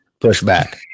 pushback